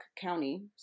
County